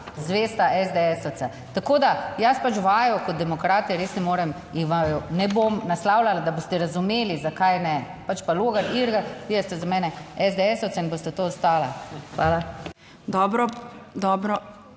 zvesta SDS ovca. Tako, da jaz pač vaju kot demokrati res ne morem, vaju ne bom naslavljala, da boste razumeli zakaj ne, pač pa Logar, Irgl, vi ste za mene SDS-ovca in boste to ostala. Hvala. **PREDSEDNICA